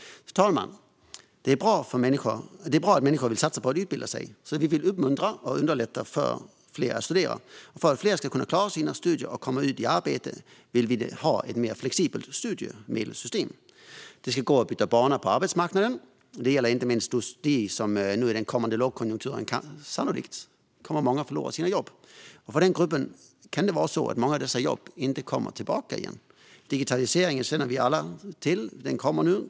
Fru talman! Det är bra att människor vill satsa på att utbilda sig. Vi vill uppmuntra och underlätta för fler att studera. Och för att fler ska klara av sina studier och komma ut i arbete vill vi ha ett mer flexibelt studiemedelsystem. Det ska gå att byta bana på arbetsmarknaden. Det gäller inte minst de som nu i den kommande lågkonjunkturen sannolikt kommer att förlora sina jobb. För den gruppen kan det vara så att många av dessa jobb inte kommer tillbaka. Digitaliseringen känner vi alla till.